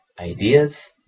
ideas